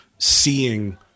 seeing